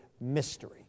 mystery